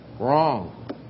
Wrong